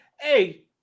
hey